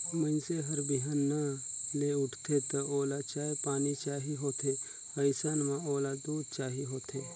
मइनसे हर बिहनहा ले उठथे त ओला चाय पानी चाही होथे अइसन म ओला दूद चाही होथे